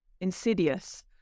insidious